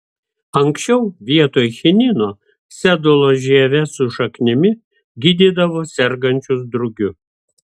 anksčiau vietoj chinino sedulos žieve su šaknimi gydydavo sergančius drugiu